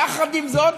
יחד עם זה,